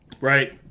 Right